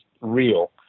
real